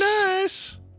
nice